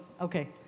okay